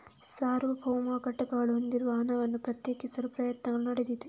ಸಾರ್ವಭೌಮ ಘಟಕಗಳು ಹೊಂದಿರುವ ಹಣವನ್ನು ಪ್ರತ್ಯೇಕಿಸಲು ಪ್ರಯತ್ನಗಳು ನಡೆದಿವೆ